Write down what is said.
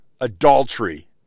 adultery